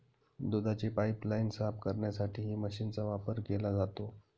दुधाची पाइपलाइन साफ करण्यासाठीही मशीनचा वापर केला जातो